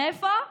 מאיפה?